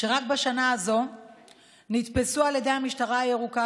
שרק בשנה הזאת נתפסו על ידי המשטרה הירוקה